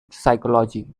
psychology